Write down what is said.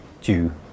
due